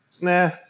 Nah